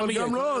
אבל גם לא,